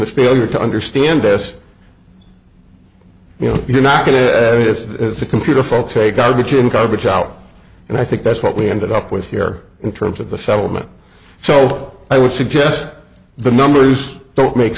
the failure to understand this you know you're not going to as the computer folks say garbage in garbage out and i think that's what we ended up with here in terms of the settlement so i would suggest the numbers don't make